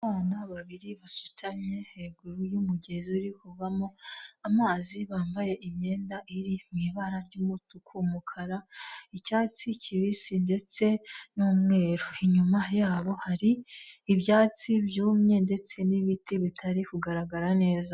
Abana babiri basutamye hejuru y'umugezi uri kuvamo amazi, bambaye imyenda iri mu ibara ry'umutuku, umukara, icyatsi kibisi ndetse n'umweru. Inyuma yabo hari ibyatsi byumye ndetse n'ibiti bitari kugaragara neza.